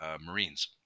Marines